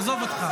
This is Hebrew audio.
עזוב אותך.